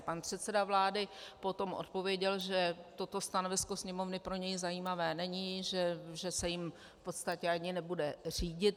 Pan předseda vlády potom odpověděl, že toto stanovisko Sněmovny pro něj zajímavé není, že se jím v podstatě ani nebude řídit.